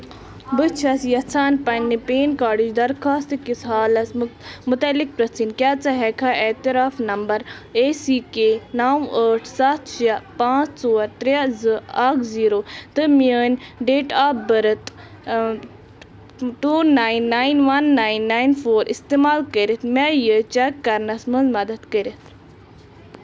بہٕ چھَس یژھان پنٛنہِ پین کارڈٕچ درخاستہٕ کِس حالس متعلق پرژھٕنۍ کیٛاہ ژٕ ہیٚککھا اعتراف نمبر اے سی کے نو ٲٹھ سَتھ شےٚ پانژھ ژور ترے زٕ اکھ زیٖرو تہٕ میٲنۍ date of birth two nine nine one nine four استعمال کٔرِتھ مےٚ یہِ چیک کرنس منٛز مدد کٔرِتھ